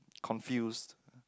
confused